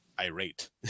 irate